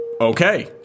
Okay